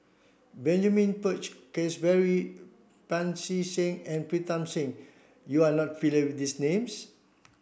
Benjamin Peach Keasberry Pancy Seng and Pritam Singh you are not with these names